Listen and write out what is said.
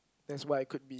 that's why I could be